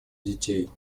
детей